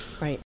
right